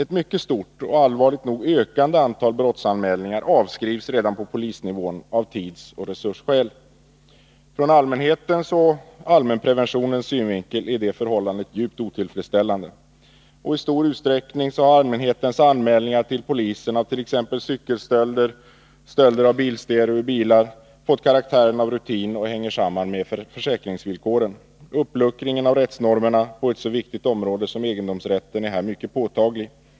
Ett mycket stort och, allvarligt nog, ökande antal brottsanmälningar avskrivs redan på polisnivån av tidsoch resursskäl. Från allmänhetens och allmänpreventionens synvinkel är förhållandet djupt otillfredsställande. I stor utsträckning har allmänhetens anmälningar till polisen av t. ex cykelstölder, stölder av bilstereo ur bilar m.m. fått karaktären av rutin och hänger samman med försäkringsvillkoren. Uppluckringen av rättsnormerna på ett så viktigt område som egendomsrätten är här mycket påtaglig.